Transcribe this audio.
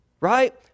Right